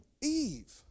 Eve